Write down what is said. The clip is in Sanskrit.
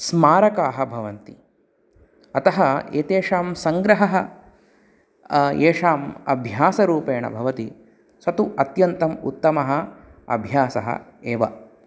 स्मारकाः भवन्ति अतः एतेषां सङ्ग्रहः येषाम् अभ्यासरूपेण भवति स तु अत्यन्तम् उत्तमः अभ्यासः एव